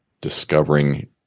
discovering